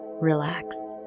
relax